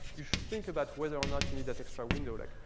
you should think about whether or not you need that extra window. like,